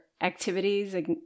activities